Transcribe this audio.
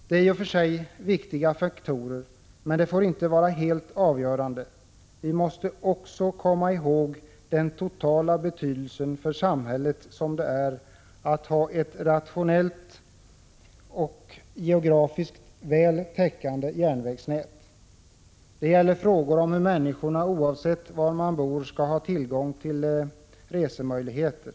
Det är i och för sig viktiga faktorer, men de får inte vara helt avgörande. Vi måste också tänka på den betydelse för samhället som ett rationellt och geografiskt väl täckande järnvägsnät totalt sett har. Det handlar ju om att människorna — oavsett var man bor — skall ha resemöjligheter.